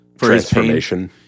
transformation